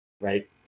right